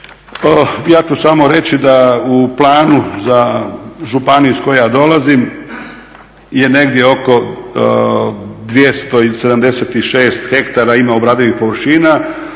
Ja ću samo reći da u planu za županiju iz koje ja dolazim je negdje oko 276 hektara ima obradivih površina.